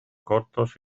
cortos